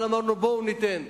אבל אמרנו, בואו ניתן.